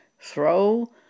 throw